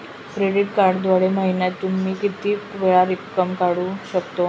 Credit कार्डद्वारे महिन्यातून मी किती वेळा रक्कम काढू शकतो?